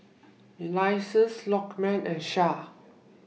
Elyas Lokman and Shah